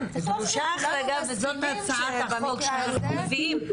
כן, דרושה החרגה וזאת הצעת החוק שאנחנו מביאים.